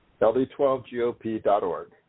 LD12GOP.org